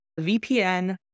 VPN